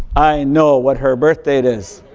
i know what her birth date is.